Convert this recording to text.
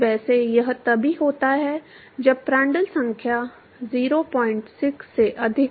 वैसे यह तभी होता है जब प्रांड्टल संख्या 06 से अधिक हो